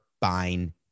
buying